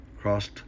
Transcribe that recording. crossed